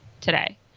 today